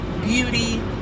beauty